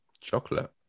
Chocolate